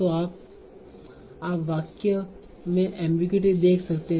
तो अब आप वाक्य में एमबीगुइटी देख सकते हैं